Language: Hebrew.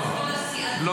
לא,